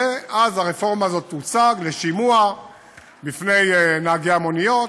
ואז הרפורמה הזאת תוצג לשימוע בפני נהגי המוניות,